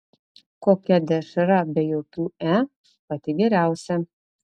kokia dešra be jokių e pati geriausia